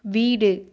வீடு